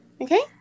Okay